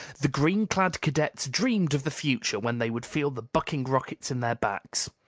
the green-clad cadets dreamed of the future when they would feel the bucking rockets in their backs.